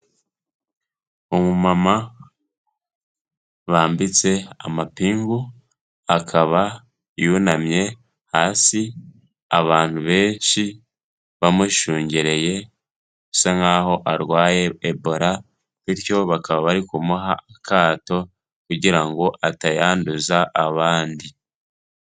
Umumama bambitse amapingu, akaba yunamye hasi, abantu benshi bamushungereye, bisa nk'aho arwaye Ebola, bityo bakaba bari kumuha akato kugira ngo atayanduza abandi.